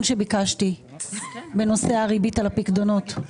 שביקשתי בנושא הריבית על הפיקדונות.